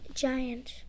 giant